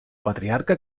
patriarca